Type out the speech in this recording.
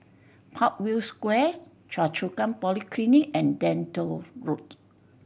Parkview Square Choa Chu Kang Polyclinic and Lentor Road